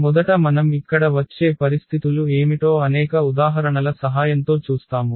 మొదట మనం ఇక్కడ వచ్చే పరిస్థితులు ఏమిటో అనేక ఉదాహరణల సహాయంతో చూస్తాము